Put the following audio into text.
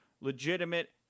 legitimate